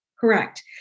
Correct